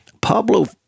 Pablo